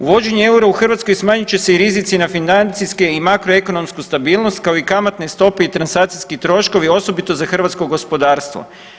Uvođenje eura u Hrvatskoj smanjit će se i rizici na financijske i makro ekonomsku stabilnost kao i kamatne stope i transakcijski troškovi osobito za hrvatsko gospodarstvo.